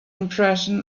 impression